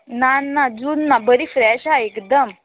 ना ना जून ना बरी फ्रॅश आहा एकदम